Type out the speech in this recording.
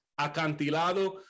Acantilado